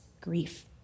grief